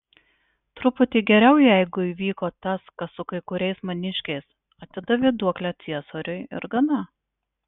truputį geriau jeigu įvyko tas kas su kai kuriais maniškiais atidavė duoklę ciesoriui ir gana